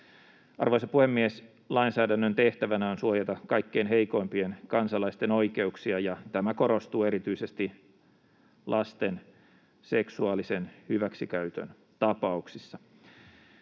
Arvoisa puhemies! Lainsäädännön tehtävänä on suojata kaikkein heikoimpien kansalaisten oikeuksia, ja tämä korostuu erityisesti lasten seksuaalisen hyväksikäytön tapauksissa.